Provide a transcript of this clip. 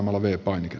arvoisa puhemies